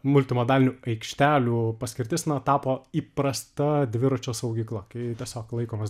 multi modalinių aikštelių paskirtis na tapo įprasta dviračių saugykla kai tiesiog laikomas